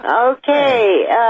Okay